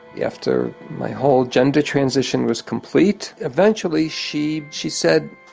after my whole gender transition was complete, eventually she, she said,